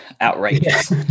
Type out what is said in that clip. Outrageous